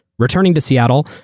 returning to seattle,